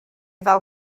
ddal